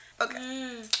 Okay